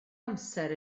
amser